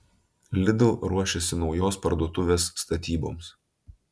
lidl ruošiasi naujos parduotuvės statyboms